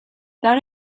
that